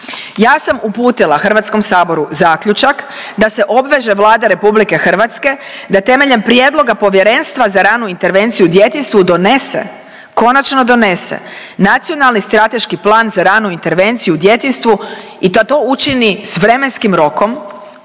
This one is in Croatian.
ja sam uputila HS-u zaključak da se obveže Vlada RH da temeljem prijedloga Povjerenstva za ranu intervenciju u djetinjstvu donese konačno donese nacionalni strateški plan za ranu intervenciju u djetinjstvu i da to učini s vremenskim rokom